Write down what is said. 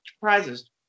prizes